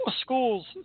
schools